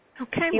Okay